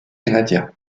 canadien